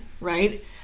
right